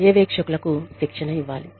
పర్యవేక్షకులకు శిక్షణ ఇవ్వాలి